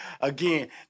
again